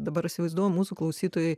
dabar įsivaizduoju mūsų klausytojai